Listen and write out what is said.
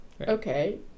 Okay